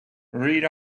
read